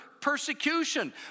persecution